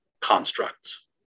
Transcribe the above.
constructs